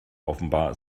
offenbar